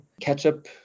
ketchup